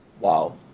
Wow